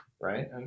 Right